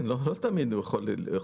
לא תמיד הוא יכול לראות.